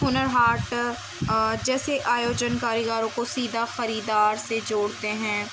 ہنر ہاٹ جیسے آیوجن کاریگاروں کو سیدھا خریدار سے جوڑتے ہیں